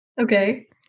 Okay